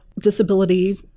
disability